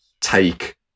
take